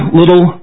little